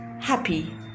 happy